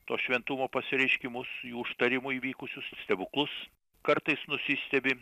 tuos šventumo pasireiškimus jų užtarimu įvykusius stebuklus kartais nusistebi